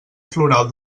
floral